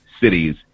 cities